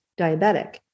diabetic